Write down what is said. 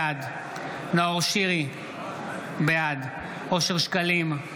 בעד נאור שירי, בעד אושר שקלים,